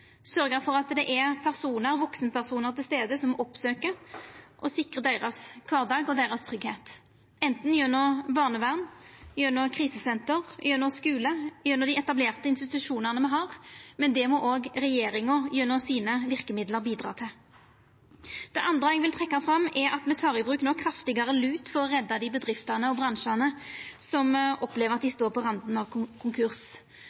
for at det er vaksenpersonar til stades som oppsøkjer dei og sikrar kvardagen og tryggleiken deira – anten det er gjennom barnevern, gjennom krisesenter, gjennom skule eller gjennom dei etablerte institusjonane me har. Men det må òg regjeringa gjennom verkemidla sine bidra til. Det andre eg vil trekkja fram, er at me no tek i bruk kraftigare lut for å redda dei bedriftene og bransjane som opplever at dei står på randa av konkurs.